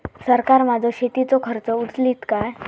सरकार माझो शेतीचो खर्च उचलीत काय?